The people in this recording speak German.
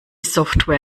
software